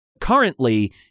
currently